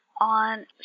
on